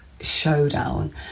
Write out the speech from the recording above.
showdown